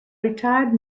retired